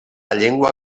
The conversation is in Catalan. llengua